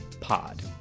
POD